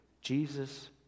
Jesus